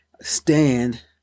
stand